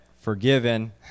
forgiven